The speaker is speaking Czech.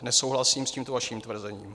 Nesouhlasím s tímto vaším tvrzením.